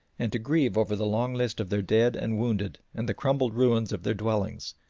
and to grieve over the long list of their dead and wounded and the crumbled ruins of their dwellings,